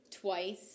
twice